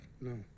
No